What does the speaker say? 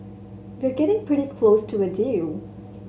we're getting pretty close to a deal